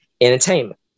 Entertainment